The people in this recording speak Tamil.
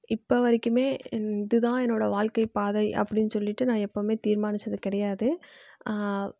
இப்போவரைக்குமே இதுதான் என்னோடய வாழ்க்கை பாதை அப்படின்னு சொல்லிவிட்டு நான் எப்போதுமே தீர்மானித்தது கிடையாது